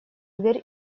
дверь